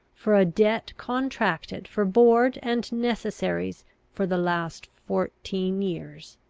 for a debt contracted for board and necessaries for the last fourteen years.